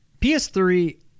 ps3